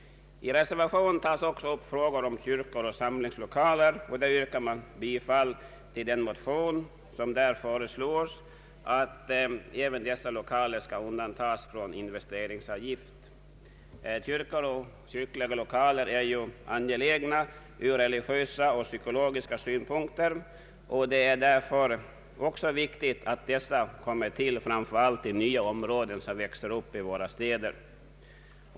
I reservationen tas också upp frågan om kyrkor och samlingslokaler. I reservationen yrkas bifall till den motion i vilken föreslås att även dessa lokaler skall undantas från investeringsavgift. Kyrkor och kyrkliga lokaler är ju mycket viktiga från psykologiska och religiösa synpunkter, och det är därför angeläget att sådana lokaler kommer till särskilt i de nya områden som växer upp i våra städer.